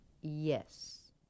yes